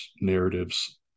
narratives